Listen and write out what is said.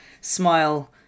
smile